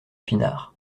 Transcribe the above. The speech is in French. pinard